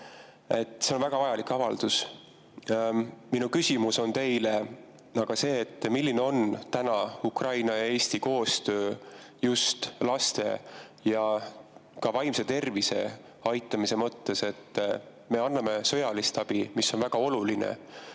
See on väga vajalik avaldus. Minu küsimus on teile aga see, milline on Ukraina ja Eesti koostöö just laste ja ka vaimse tervise aitamise mõttes. Me anname sõjalist abi, mis on väga oluline,